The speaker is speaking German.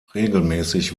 regelmäßig